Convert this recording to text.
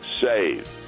Save